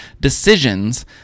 decisions